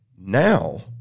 Now